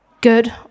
good